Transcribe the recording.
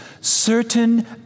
certain